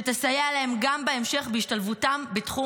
שתסייע להם גם בהמשך בהשתלבותם בתחום